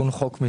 מה עם